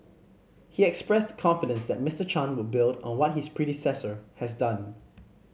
he expressed confidence that Mister Chan would build on what his predecessor has done